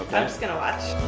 i'm just gonna watch.